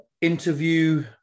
Interview